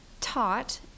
taught